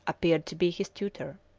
appeared to be his tutor.